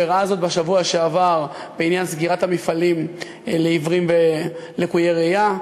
הוא הראה זאת בשבוע שעבר בעניין סגירת המפעלים לעיוורים ולקויי ראייה,